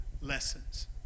lessons